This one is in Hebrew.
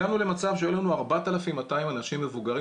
הגענו למצב שהיו לנו 4,200 אנשים מבוגרים